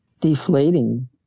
deflating